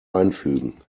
einfügen